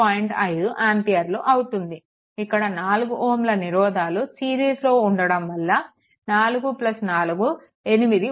5 ఆంపియర్లు అవుతుంది ఇక్కడ 4 Ωల నిరోధాలు సిరీస్లో ఉండడం వల్ల 44 8Ω